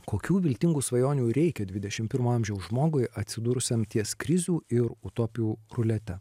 kokių viltingų svajonių reikia dvidešim pirmo amžiaus žmogui atsidūrusiam ties krizių ir utopijų rulete